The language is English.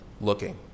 looking